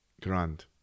Grand